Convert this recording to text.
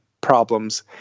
problems